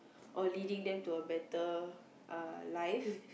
or leading them to a better uh life